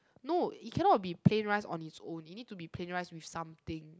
no it cannot be plain rice on its own it need to be plain rice with something